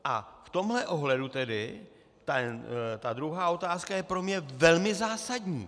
A v tomhle ohledu tedy ta druhá otázka je pro mě velmi zásadní.